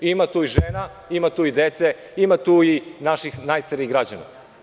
Ima tu i žene i dece, ima tu i naših najstarijih građana.